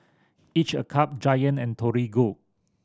Each a Cup Giant and Torigo